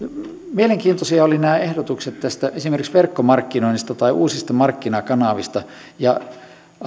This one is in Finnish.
mielenkiintoisia olivat nämä ehdotukset esimerkiksi tästä verkkomarkkinoinnista tai uusista markkinakanavista